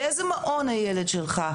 באיזה מעון הילד שלך?